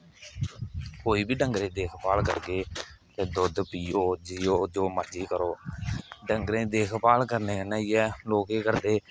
कोई डंगरे दी देखभाल करगे दुद्ध पीओ जो मर्जी करो डंगरे दी देखभाल करने कन्ने इयै लोक केह् करदे